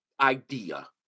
idea